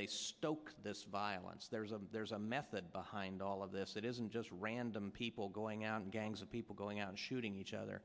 they stoke this violence there's a there's a method behind all of this it isn't just random people going out and gangs of people going out and shooting each other